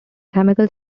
chemical